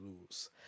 lose